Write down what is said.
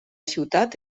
ciutat